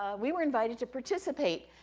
we were invited to participate,